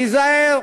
תיזהר,